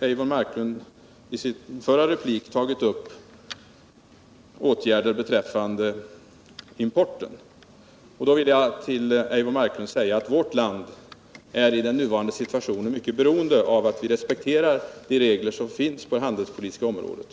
Eivor Marklund tog i sin förra replik upp frågan om åtgärder beträffande importen, och jag vill med anledning därav säga att det i den nuvarande situationen är mycket viktigt för vårt land att vi respekterar de regler som finns på det handelspolitiska området.